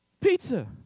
Pizza